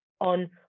on